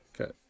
okay